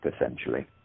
essentially